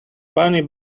bunny